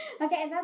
Okay